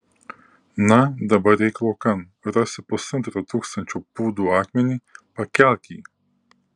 na dabar eik laukan rasi pusantro tūkstančio pūdų akmenį pakelk jį